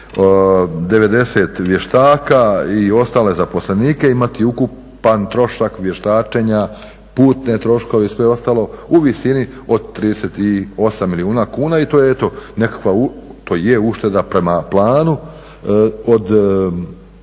90 vještaka i ostale zaposlenike imati ukupan trošak vještačenja, putne troškove i sve ostalo u visini od 38 milijuna kuna i to je eto nekakva, to je ušteda prema planu od